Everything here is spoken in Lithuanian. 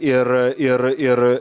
ir ir ir